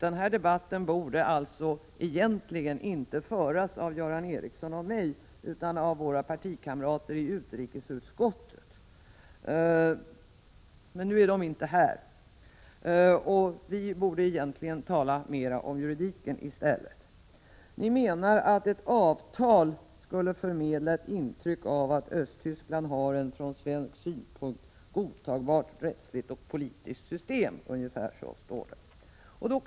Den här debatten borde alltså egentligen inte föras av Göran Ericsson och mig utan av våra partikamrater i utrikesutskottet, men nu är de inte här. Vi borde egentligen tala mera om juridiken i stället. Ni menar att ett avtal skulle förmedla ett intryck av att Östtyskland har ett från svensk synpunkt godtagbart rättsligt och politiskt system — ungefär så står det.